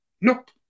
Nope